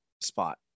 spot